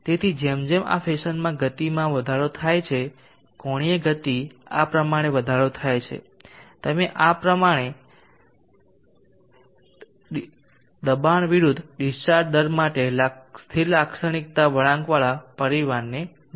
તેથી જેમ જેમ આ ફેશનમાં ગતિમાં વધારો થાય છે કોણીય ગતિ આ પ્રમાણે વધારો થાય છે તમે આ પ્રમાણે દબાણ વિરુદ્ધ ડીસ્ચાર્જ દર માટે સ્થિર લાક્ષણિકતા વળાંકવાળા પરિવારને જોશો